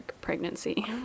pregnancy